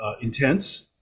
intense